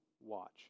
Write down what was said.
watch